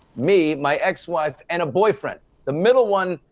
me, my ex-wife and a boyfriend. the middle one,